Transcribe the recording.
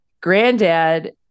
granddad